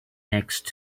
next